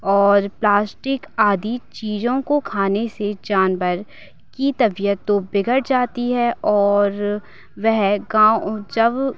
और प्लास्टिक आदि चीजों को खाने से जानवर की तबियत तो बिगड़ जाती है और वेह गाँव जब